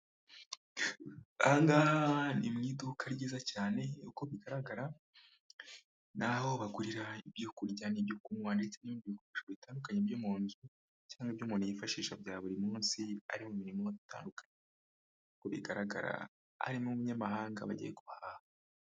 Aha ngaha ni mu iduka ryiza cyane uko bigaragara, ni aho bagurira ibyo kurya n'ibyo kunywa ndetse n'ibindi bikoresho bitandukanye byo mu nzu cyangwa ibyo umuntu yifashisha bya buri munsi ari mu mirimo itandukanye. Uko bigaragara hari n'umunyamahanga wagiye guhaha.